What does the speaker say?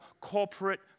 corporate